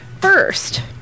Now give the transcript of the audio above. first